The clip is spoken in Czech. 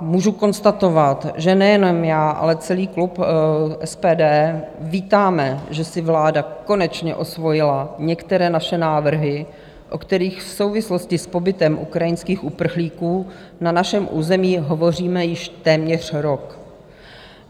Můžu konstatovat, že nejenom já, ale celý klub SPD vítáme, že si vláda konečně osvojila některé naše návrhy, o kterých v souvislosti s pobytem ukrajinských uprchlíků na našem území hovoříme již téměř rok,